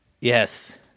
Yes